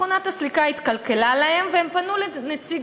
מכונת הסליקה התקלקלה להם והם פנו לנציג